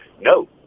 No